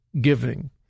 giving